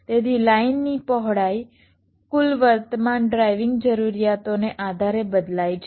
તેથી લાઈનની પહોળાઈ કુલ વર્તમાન ડ્રાઈવિંગ જરૂરિયાતોને આધારે બદલાય છે